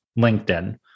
LinkedIn